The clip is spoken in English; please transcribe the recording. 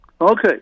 Okay